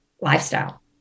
lifestyle